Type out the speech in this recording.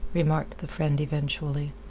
remarked the friend eventually.